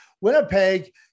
Winnipeg